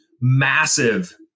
massive